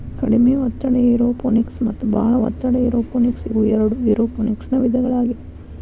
ಕಡಿಮೆ ಒತ್ತಡ ಏರೋಪೋನಿಕ್ಸ ಮತ್ತ ಬಾಳ ಒತ್ತಡ ಏರೋಪೋನಿಕ್ಸ ಇವು ಎರಡು ಏರೋಪೋನಿಕ್ಸನ ವಿಧಗಳಾಗ್ಯವು